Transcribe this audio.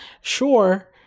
Sure